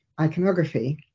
iconography